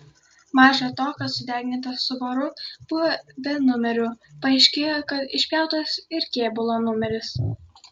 maža to kad sudegintas subaru buvo be numerių paaiškėjo kad išpjautas ir kėbulo numeris